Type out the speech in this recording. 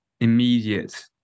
immediate